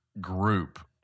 group